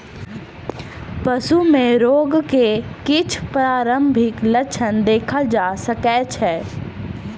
पशु में रोग के किछ प्रारंभिक लक्षण देखल जा सकै छै